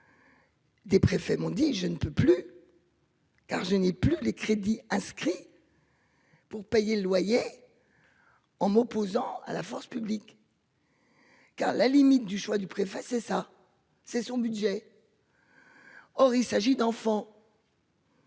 Des préfets m'ont dit je ne peux plus. Car je n'ai plus les crédits inscrits. Pour payer le loyer. En m'opposant à la force publique. Qu'à la limite du choix du préfacé ça c'est son budget. Or il s'agit d'enfants.